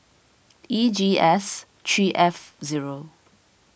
E G S three F zero